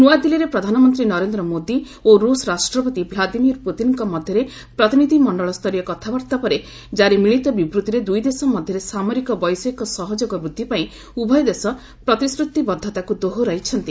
ନ୍ତଆଦିଲ୍ଲୀରେ ପ୍ରଧାନମନ୍ତ୍ରୀ ନରେନ୍ଦ୍ର ମୋଦି ଓ ରୁଷ୍ ରାଷ୍ଟ୍ରପତି ବ୍ଲାଦିମିର୍ ପୁତିନ୍ଙ୍କ ମଧ୍ୟରେ ପ୍ରତିନିଧ୍ୟ ମଣ୍ଡଳସ୍ତରୀୟ କଥାବାର୍ତ୍ତା ପରେ ଜାରି ମିଳିତ ବିବୃତ୍ତିରେ ଦୂଇ ଦେଶ ମଧ୍ୟରେ ସାମରିକ ବୈଷୟିକ ସହଯୋଗ ବୃଦ୍ଧି ପାଇଁ ଉଭୟ ଦେଶ ପ୍ରତିଶ୍ରତିବଦ୍ଧତାକୁ ଦୋହରାଇଛନ୍ତି